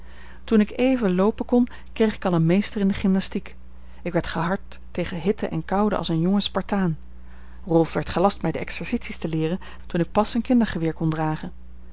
toen ik even loopen kon kreeg ik al een meester in de gymnastiek ik werd gehard tegen hitte en koude als een jonge spartaan rolf werd gelast mij de exercities te leeren toen ik pas een kindergeweer kon dragen